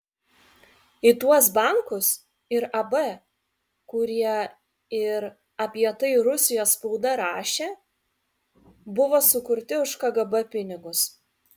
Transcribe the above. į tuos bankus ir ab kurie ir apie tai rusijos spauda rašė buvo sukurti už kgb pinigus